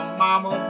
mama